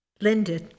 Linda